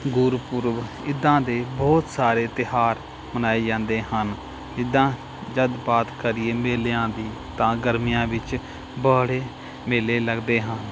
ਗੁਰਪੁਰਬ ਇੱਦਾਂ ਦੇ ਬਹੁਤ ਸਾਰੇ ਤਿਉਹਾਰ ਮਨਾਏ ਜਾਂਦੇ ਹਨ ਇੱਦਾਂ ਜਦੋਂ ਬਾਤ ਕਰੀਏ ਮੇਲਿਆਂ ਦੀ ਤਾਂ ਗਰਮੀਆਂ ਵਿੱਚ ਬੜੇ ਮੇਲੇ ਲੱਗਦੇ ਹਨ